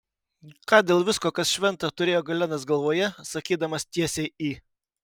ką dėl visko kas šventa turėjo galenas galvoje sakydamas tiesiai į